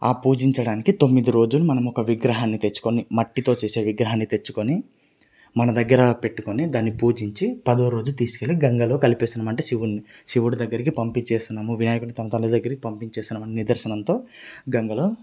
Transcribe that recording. ఆ పూజించడానికి తొమ్మిది రోజులు మనం ఒక విగ్రహాన్ని తెచ్చుకొని మట్టితో చేసే విగ్రహాన్ని తెచ్చుకొని మన దగ్గర పెట్టుకొని దాన్ని పూజించి పదవ రోజు తీసుకెళ్ళి గంగలో కలిపెసాము అంటే శివుని శివుడి దగ్గరికి పంపించేస్తున్నాము వినాయకుడి తన తల్లి దగ్గరికి పంపించేస్తున్నాము అనే నిదర్శనంతో గంగలో